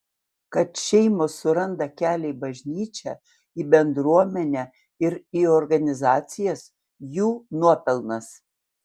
kad šeimos suranda kelią į bažnyčią į bendruomenę ir į organizacijas jų nuopelnas